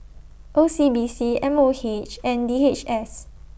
O C B C M O H and D H S